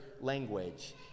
language